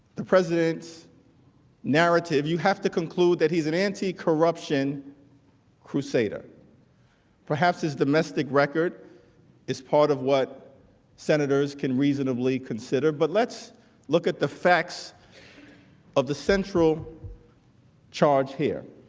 the president's narrative you have to conclude that he's an anticorruption crusade ah for half his domestic record is part of what senators can reasonably considerable but let's look at the facts of the central charge here